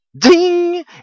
Ding